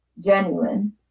genuine